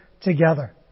together